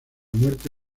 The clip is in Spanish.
muerte